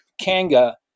Kanga